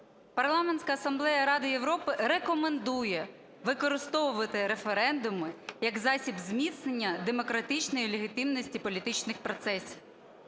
Парламентської асамблеї Ради Європи. Рекомендує використовувати референдуми як засіб зміцнення демократичної легітимності політичних процесів.